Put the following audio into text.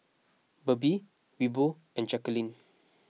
Berdie Wilbur and Jaquelin